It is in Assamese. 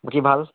বাকী ভাল